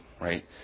right